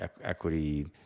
equity